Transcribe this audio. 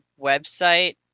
website